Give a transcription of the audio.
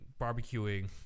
barbecuing